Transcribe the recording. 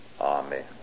amen